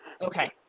Okay